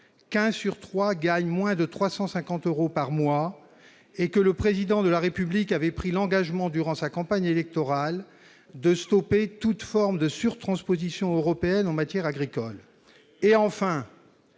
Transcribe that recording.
qu'un sur trois gagne moins de 350 euros par mois, et que le Président de la République avait pris l'engagement, durant sa campagne électorale, de stopper toute forme de surtransposition européenne en matière agricole ? Eh oui